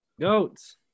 goats